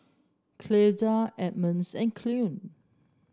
Clyda Emmons and